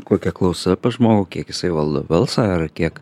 kokia klausa pas žmogų kiek jisai valdo balsą ar kiek